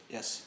Yes